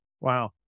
Wow